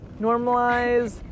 Normalize